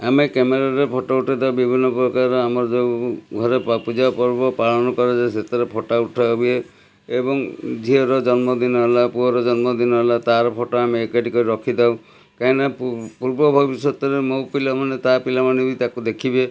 ଆମେ କ୍ୟାମେରାରେ ଫଟୋ ଉଠାଇଥାଉ ବିଭିନ୍ନ ପ୍ରକାର ଆମର ଯେଉଁ ଘରେ ପୂଜାପର୍ବ ପାଳନ କରାଯାଏ ସେଥିରେ ଫଟୋ ଉଠାହୁଏ ଏବଂ ଝିଅର ଜନ୍ମଦିନ ହେଲା ପୁଅର ଜନ୍ମଦିନ ହେଲା ତାର ଫଟୋ ଆମେ ଏକାଠି କରି ରଖିଥାଉ କାହିଁକିନା ପୂର୍ବ ଭବିଷ୍ୟତରେ ମୋ ପିଲାମାନେ ତା ପିଲାମାନେ ବି ତାକୁ ଦେଖିବେ